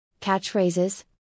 catchphrases